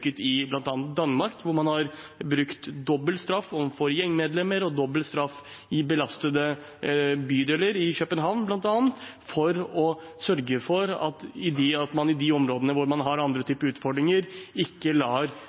i bl.a. Danmark, hvor man har brukt dobbel straff overfor gjengmedlemmer og dobbel straff i belastede bydeler i København, bl.a., for å sørge for at man i de områdene hvor man har andre typer utfordringer, ikke lar